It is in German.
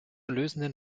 lösenden